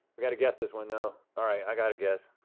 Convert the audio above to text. we gotta guess this one though. all right, i got a guess.